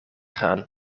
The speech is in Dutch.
gaan